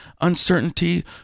uncertainty